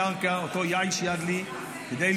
כשהתחלתי.